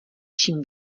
čím